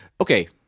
Okay